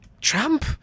Trump